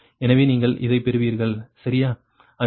எனவே நீங்கள் இதை பெறுவீர்கள் சரியாக